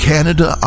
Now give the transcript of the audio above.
Canada